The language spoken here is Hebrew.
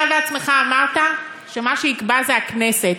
אתה בעצמך אמרת שמה שיקבע זה הכנסת.